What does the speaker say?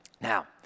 now